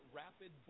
rapid